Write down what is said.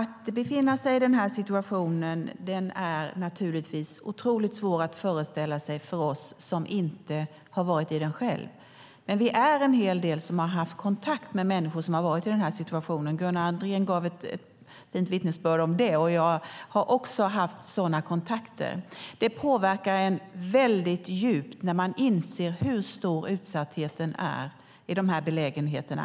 oss som inte har varit i en sådan här situation själva är det naturligtvis otroligt svårt att föreställa sig hur det är. Men vi är en hel del som har haft kontakt med människor som har varit i den här situationen. Gunnar Andrén gav ett fint vittnesbörd om det, och jag har också haft sådana kontakter. Det påverkar en väldigt djupt när man inser hur stor utsattheten är för dem som är drabbade.